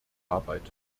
arbeiten